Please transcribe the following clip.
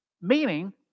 Meaning